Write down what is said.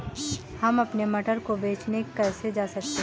हम अपने मटर को बेचने कैसे जा सकते हैं?